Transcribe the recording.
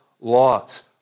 laws